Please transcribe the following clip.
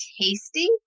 tasty